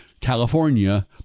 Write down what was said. California